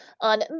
on